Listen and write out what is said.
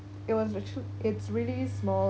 it was actual~ it's really small